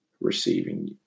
receiving